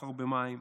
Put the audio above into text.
סחר במים.